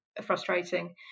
frustrating